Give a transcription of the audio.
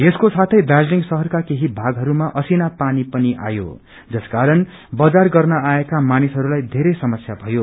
यसको साथे दार्जीलिङ शहरका केही भागहरूमा असिना पानी पनि आयो जसकारण बजार गर्न आएका मानिसहरूलाई वेरै समस्या भयो